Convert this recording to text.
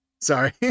Sorry